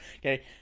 Okay